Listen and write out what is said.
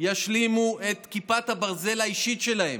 ישלימו את כיפת הברזל האישית שלהם,